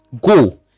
go